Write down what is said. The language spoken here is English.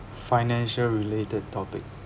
financial related topic